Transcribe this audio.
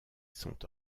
sont